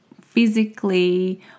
physically